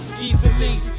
Easily